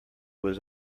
was